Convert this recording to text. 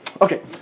Okay